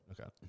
Okay